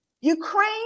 Ukraine